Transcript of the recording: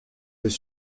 les